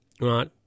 right